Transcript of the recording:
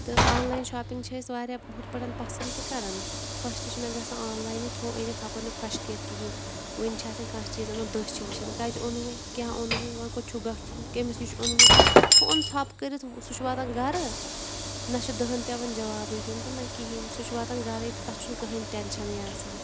تہٕ online shopping چھِ اَسہِ واریاہ ہُتھ پٲٹھۍ پَسنٛد تہِ کَران تہٕ خۄش تہِ چھِ مےٚ گژھان آنلاینٕے تھوٚو أنِتھ ہَپٲرۍ نہٕ خۄشکٮ۪تھ کِہیٖنۍ وٕنۍ چھِ آسان کانٛہہ چیٖز دٔہ چھِ وٕچھان کَتہِ اوٚنوُ کیٛاہ اوٚنوُ وۄنۍ کوٚت چھُو گژھُن کیٚمِس نِش اوٚنوُ ہُہ اوٚن ژھۄپہٕ کٔرِتھ سُہ چھُ واتان گَرٕ نہ چھِ دٔہَن پٮ۪وان جوابٕے دیُن تہٕ نہ کِہیٖنۍ سُہ چھُ واتان گَرَے تہٕ تَتھ چھِںہٕ کٕہٕنۍ ٹٮ۪نشَنٕے آسان